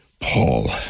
Paul